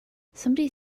somebody